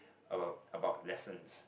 about about lessons